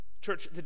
Church